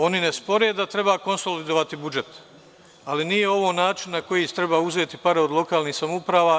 Oni ne spore da treba konsolidovati budžet, ali nije ovo način na koji treba uzeti pare od lokalnih samouprava.